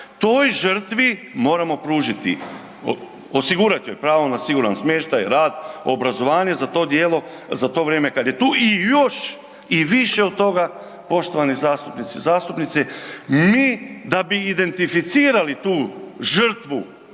toj žrtvi moramo pružiti, osigurat joj pravo na siguran smještaj, rad, obrazovanje za to djelo, za to vrijeme kad je tu i još i više od toga poštovani zastupnici i zastupnici mi da bi identificirali tu žrtvu